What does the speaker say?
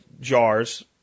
jars